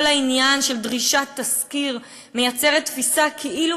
כל העניין של דרישת תסקיר מייצר תפיסה כאילו